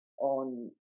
on